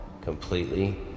completely